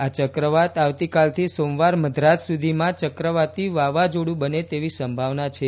આ ચક્રવાત આવતીકાલથી સોમવાર મધરાત સુધીમાં ચક્રવાતી વાવાઝોર્ડ ં બને તેવી સંભાવના છે